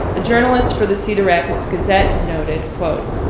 a journalist for the cedar rapids gazette noted, quote,